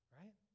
right